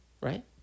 Right